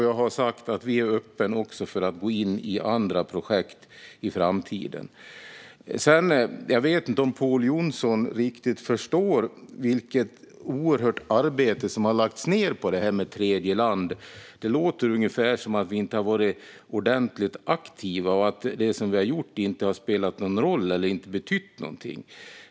Jag har sagt att vi är öppna för att också gå in i andra projekt i framtiden. Jag vet inte om Pål Jonson riktigt förstår vilket oerhört arbete som har lagts ned på detta med tredjeland. Det låter ungefär som att vi inte har varit ordentligt aktiva och att det som vi har gjort inte har spelat någon roll eller betytt någonting.